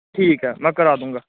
ਠੀਕ ਹੈ ਮੈਂ ਕਰਾ ਦੂੰਗਾ